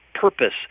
purpose